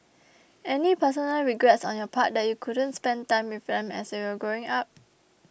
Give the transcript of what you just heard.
any personal regrets on your part that you couldn't spend time with them as they were growing up